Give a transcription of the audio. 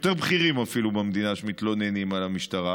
יותר בכירים במדינה שמתלוננים על המשטרה,